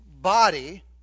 body